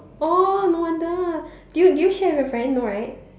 oh no wonder did you did you share with your friend no right